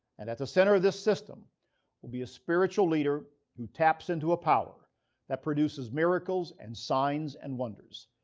and at the center of this system will be a spiritual leader who taps into a power that produces miracles and signs and wonders.